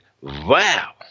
wow